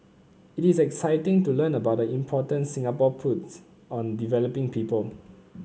it is exciting to learn about the importance Singapore puts on developing people